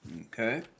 Okay